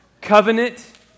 covenant